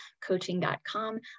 coaching.com